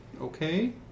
okay